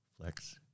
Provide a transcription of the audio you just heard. flex